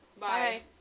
Bye